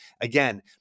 Again